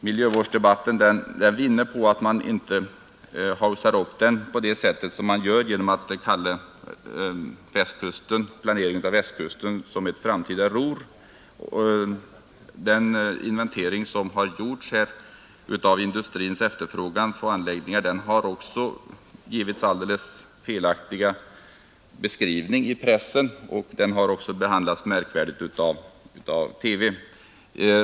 Miljövårdsdebatten skulle vinna på att vi inte haussar upp den och liknar Västkustområdet vid ett framtida Ruhr. Den inventering av industrins efterfrågan på anläggningar som gjorts har fått en helt felaktig beskrivning i pressen. Den har även behandlats på ett märkligt sätt av TV.